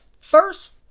first